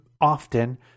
often